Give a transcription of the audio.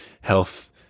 health